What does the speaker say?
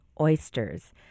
oysters